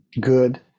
good